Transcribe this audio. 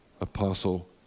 apostle